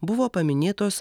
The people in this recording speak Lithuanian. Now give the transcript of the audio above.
buvo paminėtos